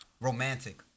Romantic